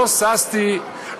לא ששתי,